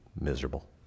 miserable